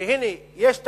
שהנה יש תקציב,